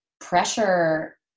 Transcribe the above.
pressure